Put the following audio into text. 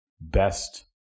best